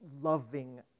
loving